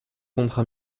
contre